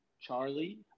Charlie